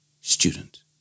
Student